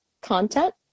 content